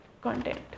content